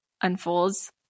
unfolds